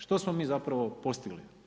Što smo mi zapravo postigli?